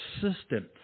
persistent